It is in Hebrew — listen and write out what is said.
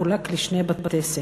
חולק לשני בתי-ספר,